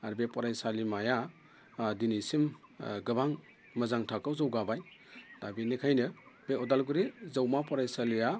आरो बे फरायसालिमाया दिनैसिम गोबां मोजां थाखोआव जौगाबाय दा बेनिखायनो बे अदालगुरि जौमा फरायसालिया